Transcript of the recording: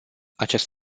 acest